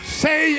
say